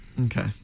Okay